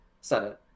senate